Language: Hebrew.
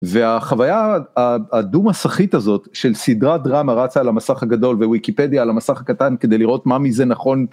והחוויה הדו מסכית הזאת, של סדרה דרמה רצה על המסך הגדול וויקיפדיה על המסך הקטן, כדי לראות מה מזה נכון